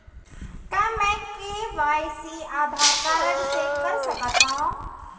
का मैं KYC Aadhaar card से कर सकत हो?